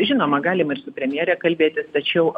žinoma galima ir su premjere kalbėtis tačiau